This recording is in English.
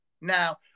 now